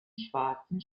schwarzen